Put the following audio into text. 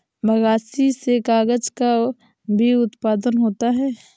बगासी से कागज़ का भी उत्पादन होता है